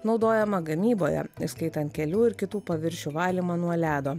naudojama gamyboje skaitant kelių ir kitų paviršių valymą nuo ledo